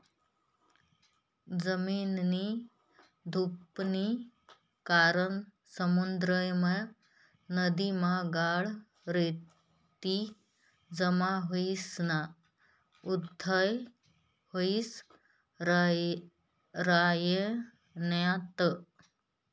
जमीननी धुपनी कारण समुद्रमा, नदीमा गाळ, रेती जमा व्हयीसन उथ्थय व्हयी रायन्यात